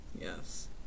yes